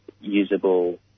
usable